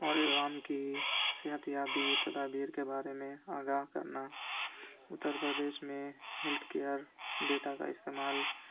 اور عوام کی صحت یابی تدابیر کے بارے میں آگاہ کرنا اتر پردیش میں ہیلتھ کیئر ڈیٹا کا استعمال